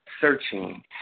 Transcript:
searching